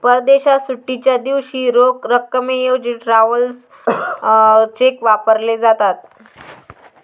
परदेशात सुट्टीच्या दिवशी रोख रकमेऐवजी ट्रॅव्हलर चेक वापरले जातात